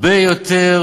הרבה יותר